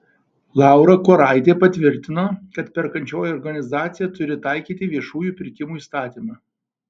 laura kuoraitė patvirtino kad perkančioji organizacija turi taikyti viešųjų pirkimų įstatymą